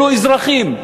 אלו אזרחים.